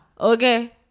Okay